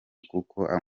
kuko